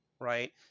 right